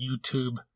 YouTube